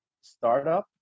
startup